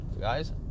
guys